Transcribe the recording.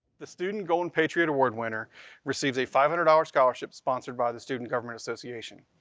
the student golden patriot award winner receives a five hundred dollars scholarship sponsored by the student government association.